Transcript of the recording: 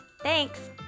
Thanks